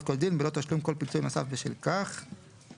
שלנו בהקשר הזה.